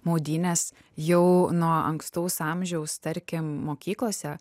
maudynes jau nuo ankstaus amžiaus tarkim mokyklose